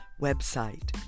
website